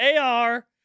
AR